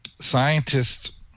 scientists